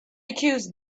accuse